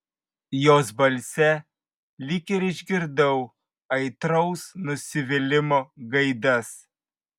jos balse lyg ir išgirdau aitraus nusivylimo gaidas